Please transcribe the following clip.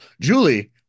Julie